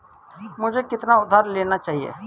मुझे कितना उधार लेना चाहिए?